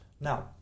Now